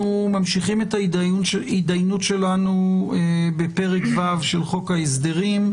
אנחנו ממשיכים את ההתדיינות שלנו בפרק ו' של חוק ההסדרים,